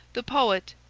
the poet,